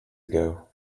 ago